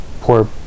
poor